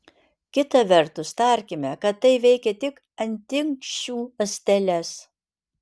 kita vertus tarkime kad tai veikia tik antinksčių ląsteles